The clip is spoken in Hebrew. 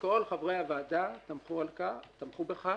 כל חברי הוועדה תמכו בכך